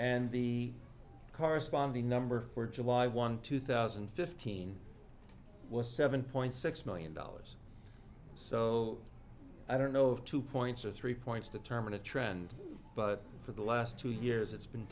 and the corresponding number for july one two thousand and fifteen was seven point six million dollars so i don't know if two points or three points determine a trend but for the last two years it's been